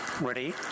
Ready